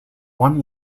one